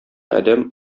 адәм